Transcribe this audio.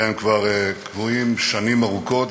הן כבר קבועות שנים ארוכות,